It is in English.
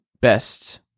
best